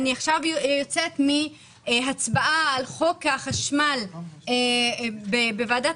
יוצאת עכשיו מהצבעה על חוק החשמל בוועדת